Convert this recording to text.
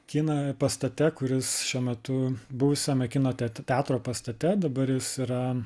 kino pastate kuris šiuo metu buvusiame kino teat teatro pastate dabar jis yra